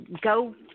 Go